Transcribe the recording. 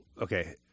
okay